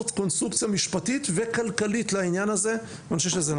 אני חושב שיש